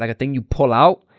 like thing you pull out,